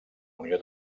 unió